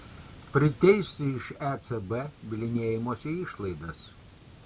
priteisti iš ecb bylinėjimosi išlaidas